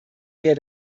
mehr